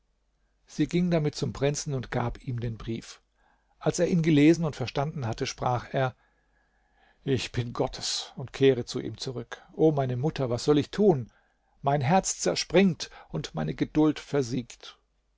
sie ging damit zum prinzen und gab ihm den brief als er ihn gelesen und verstanden hatte sprach er ich bin gottes und kehre zu ihm zurück o meine mutter was soll ich tun mein herz zerspringt und meine geduld versiegt